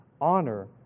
honor